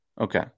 Okay